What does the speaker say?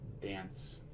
dance